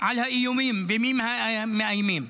על האיומים, ומי מאיימים.